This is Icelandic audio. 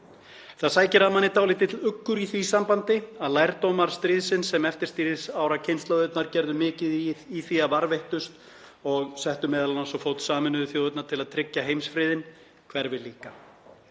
Það sækir að manni dálítill uggur í því sambandi að lærdómar stríðsins, sem eftirstríðsárakynslóðirnar gerðu mikið í því að varðveittust og settu m.a. á fót Sameinuðu þjóðirnar til að tryggja heimsfriðinn, hverfi líka.